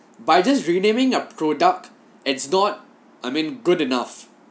by just renaming their product is not I mean good enough